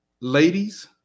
Ladies